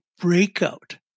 breakout